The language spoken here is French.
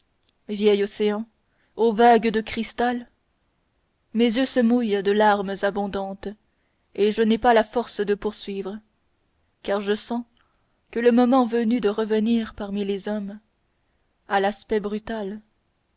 vieil océan aux vagues de cristal mes yeux se mouillent de larmes abondantes et je n'ai pas la force de poursuivre car je sens que le moment venu de revenir parmi les hommes à l'aspect brutal